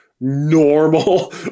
normal